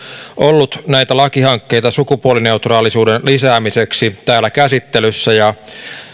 ollut näitä lakihankkeita sukupuolineutraalisuuden lisäämiseksi täällä käsittelyssä ja